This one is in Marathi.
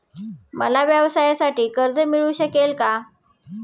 मला व्यवसायासाठी कर्ज मिळू शकेल का?